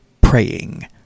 praying